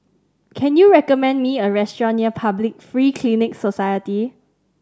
can you recommend me a restaurant near Public Free Clinic Society